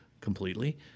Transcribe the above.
completely